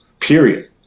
period